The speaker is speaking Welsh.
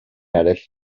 eraill